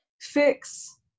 fix